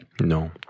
No